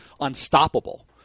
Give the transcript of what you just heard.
unstoppable